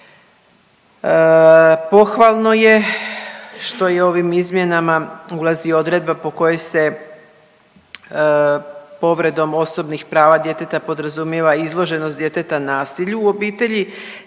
Pohvalno je što je ovim izmjenama ulazi odredba po kojoj se povredom osobnih prava djeteta podrazumijeva i izloženost djeteta nasilju u obitelji